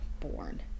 born